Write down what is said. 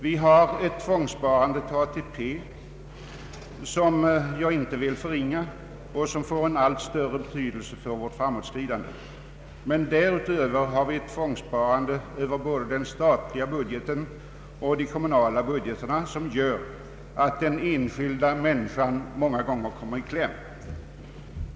Vi har ett tvångssparande till ATP som jag inte vill förringa och som får en allt större betydelse för vårt framåtskridande. Men därutöver har vi ett tvångssparande över både den statliga budgeten och de kommunala budgeterna som gör att den enskilda människan många gånger kommer i kläm.